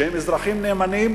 שהם אזרחים נאמנים,